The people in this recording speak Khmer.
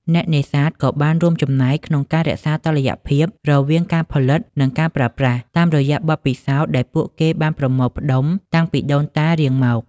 អ្នកនេសាទក៏បានរួមចំណែកក្នុងការរក្សាតុល្យភាពរវាងការផលិត និងការប្រើប្រាស់ តាមរយៈបទពិសោធន៍ដែលពួកគេបានប្រមូលផ្ដុំតាំងពីដូនតារៀងមក។